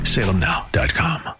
SalemNow.com